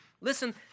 listen